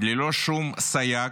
ללא שום סייג,